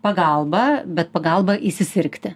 pagalba bet pagalba įsisirgti